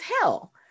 hell